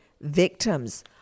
victims